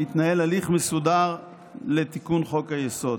יתנהל הליך מסודר לתיקון חוק-היסוד?